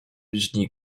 mężczyźni